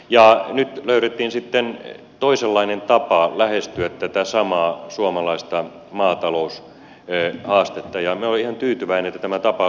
nyt löydettiin sitten toisenlainen tapa lähestyä tätä samaa suomalaista maataloushaastetta ja minä olen ihan tyytyväinen että tämä tapa löydettiin